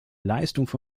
leistungen